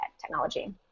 technology